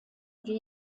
wie